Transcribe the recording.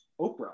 Oprah